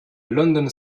london